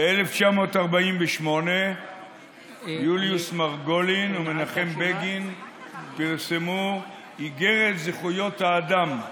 ב-1948 יוליוס מרגולין ומנחם בגין פרסמו איגרת זכויות האדם.